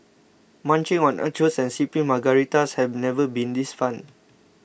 munching on nachos and sipping Margaritas have never been this fun